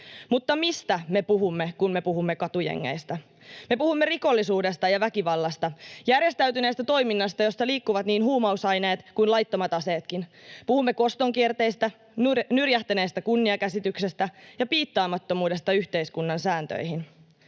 Mutta mistä me puhumme, kun me puhumme katujengeistä? Me puhumme rikollisuudesta ja väkivallasta. Järjestäytyneestä toiminnasta, jossa liikkuvat niin huumausaineet kuin laittomat aseetkin. Puhumme kostonkierteistä, nyrjähtäneestä kunniakäsityksestä ja piittaamattomuudesta yhteiskunnan sääntöihin,